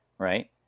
Right